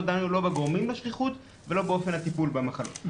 דנו לא בגורמים בשכיחות ולא באופן הטיפול במחלות.